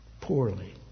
Poorly